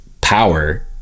power